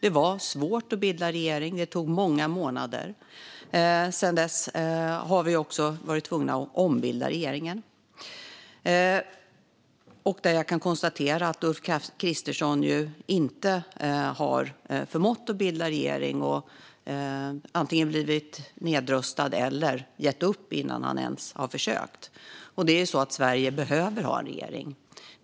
Det var svårt att bilda regering - det tog många månader - och sedan dess har vi också varit tvungna att ombilda regeringen. Jag kan också konstatera att Ulf Kristersson inte har förmått bilda regering utan antingen blivit nedröstad eller gett upp innan han ens har försökt. Men det är ju så att Sverige behöver ha en regering.